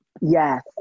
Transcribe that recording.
Yes